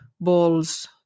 Balls